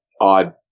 odd